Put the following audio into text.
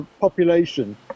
population